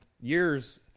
years